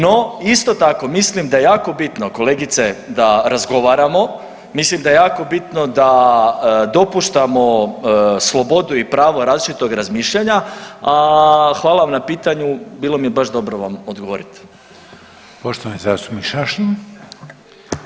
No, isto tako, mislim da je jako bitno, kolegice, da razgovaramo, mislim da je jako bitno da dopuštamo slobodu i pravo različitog razmišljanja, a hvala vam na pitanju, bilo mi je baš dobro vam odgovoriti.